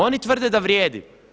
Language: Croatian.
Oni tvrde da vrijedi.